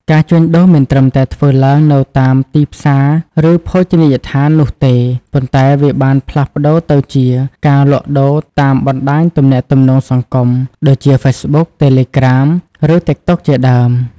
ការជួញដូរមិនត្រឹមតែធ្វើឡើងនៅតាមទីផ្សារឬភោជនីយដ្ឋាននោះទេ ប៉ុន្តែវាបានផ្លាស់ប្ដូរទៅជា ការលក់ដូរតាមបណ្ដាញទំនាក់ទំនងសង្គម ដូចជា ហ្វេសបុក តេលេក្រាម ឬ តីកតុកជាដើម។